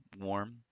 warm